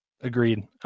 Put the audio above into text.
agreed